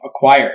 Acquired